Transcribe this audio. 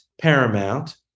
Paramount